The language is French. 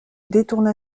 détourna